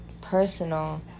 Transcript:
personal